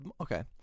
Okay